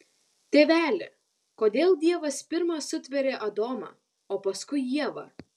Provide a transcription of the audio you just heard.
tėveli kodėl dievas pirma sutvėrė adomą o paskui ievą